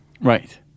Right